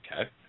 Okay